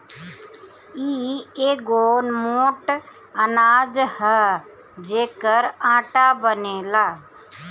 इ एगो मोट अनाज हअ जेकर आटा बनेला